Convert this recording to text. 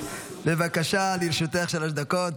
בבקשה, לרשותך שלוש דקות.